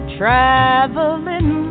traveling